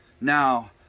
now